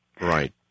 right